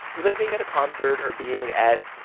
was like being at a concert or being at,